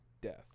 death